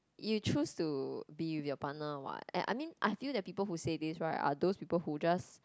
you choose to be with your partner what I mean I feel that people who said this right are those people who just